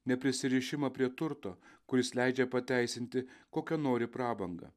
neprisirišimą prie turto kuris leidžia pateisinti kokią nori prabangą